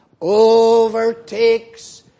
overtakes